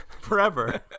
forever